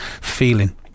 feeling